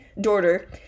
daughter